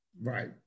Right